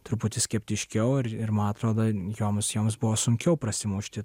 truputį skeptiškiau ir ir man atrodo joms joms buvo sunkiau prasimušti